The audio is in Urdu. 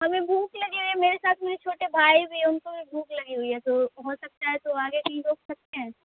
ہمیں بھوک لگی ہوئی ہے میرے ساتھ میرے چھوٹے بھائی بھی ہے ان کو بھی بھوک لگے ہوئی ہے تو ہو سکتا ہے تو آگے کہیں روک سکتے ہیں